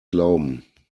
glauben